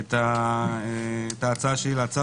את ההצעה שלי להצעה הממשלתית.